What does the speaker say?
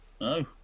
no